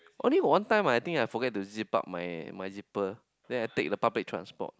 only one time I think I forget to zip up my my zipper then I take the public transport